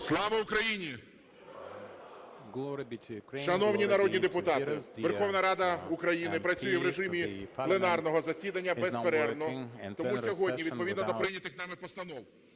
Слава Україні! Шановні народні депутати, Верховна Рада України працює в режимі пленарного засідання безперервно. Тому сьогодні відповідно до прийнятих нами постанов: